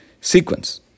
sequence